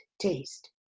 taste